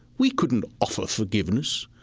we couldn't offer forgiveness.